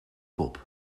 kop